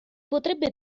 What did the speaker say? potrebbe